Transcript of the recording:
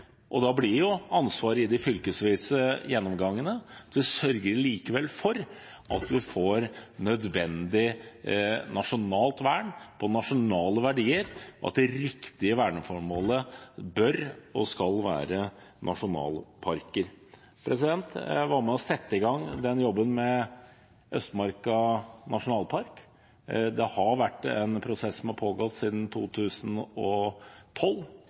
likevel får nødvendig nasjonalt vern av nasjonale verdier, og at det riktige verneformålet bør og skal være nasjonalparker. Jeg var med på å sette i gang den jobben med Østmarka nasjonalpark. Det har vært en prosess som har pågått siden 2012.